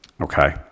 okay